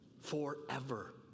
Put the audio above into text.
Forever